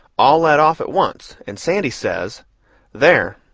all let off at once, and sandy says there,